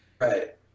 Right